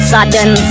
Sudden